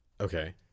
okay